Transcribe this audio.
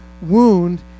wound